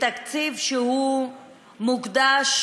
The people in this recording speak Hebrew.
בתקציב שמוקדש